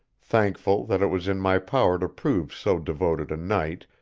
thankful that it was in my power to prove so devoted a knight,